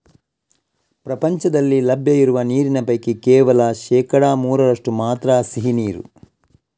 ಪ್ರಪಂಚದಲ್ಲಿ ಲಭ್ಯ ಇರುವ ನೀರಿನ ಪೈಕಿ ಕೇವಲ ಶೇಕಡಾ ಮೂರರಷ್ಟು ಮಾತ್ರ ಸಿಹಿ ನೀರು